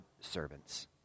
servants